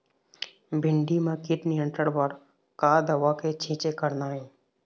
भिंडी म कीट नियंत्रण बर का दवा के छींचे करना ये?